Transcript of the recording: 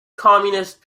communist